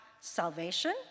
salvation